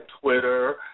Twitter